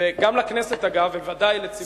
גם לכנסת, אגב, ובוודאי לציבור הלקוחות.